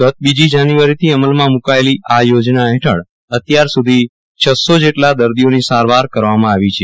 ગત બીજી જાન્યુઆરીથી અમલમાં મુકાયેલી આ યોજના હેઠળ અત્યાર સુધી છસો જેટલા દર્દીઓની સારવાર કરવામાં આવી છે